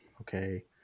okay